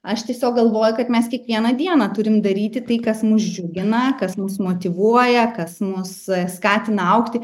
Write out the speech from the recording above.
aš tiesiog galvoju kad mes kiekvieną dieną turim daryti tai kas mus džiugina kas mus motyvuoja kas mus skatina augti